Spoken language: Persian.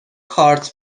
کارت